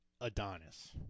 adonis